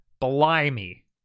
Blimey